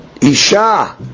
Isha